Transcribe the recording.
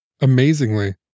Amazingly